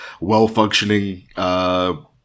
well-functioning